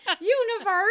universe